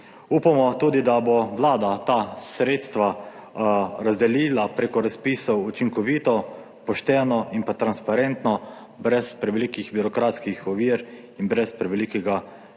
Upamo tudi, da bo Vlada ta sredstva razdelila preko razpisov učinkovito, pošteno in pa transparentno, brez prevelikih birokratskih ovir in brez prevelikega